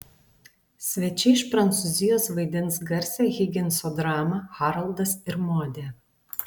svečiai iš prancūzijos vaidins garsią higinso dramą haroldas ir modė